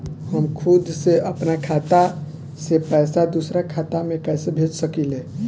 हम खुद से अपना खाता से पइसा दूसरा खाता में कइसे भेज सकी ले?